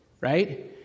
right